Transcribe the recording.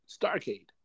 Starcade